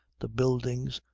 the buildings,